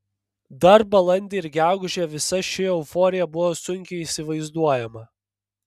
dar balandį ir gegužę visa ši euforija buvo sunkiai įsivaizduojama